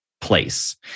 place